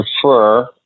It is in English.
prefer